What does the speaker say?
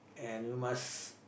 and you must